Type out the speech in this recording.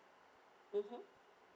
mmhmm